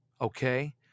Okay